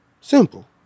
Simple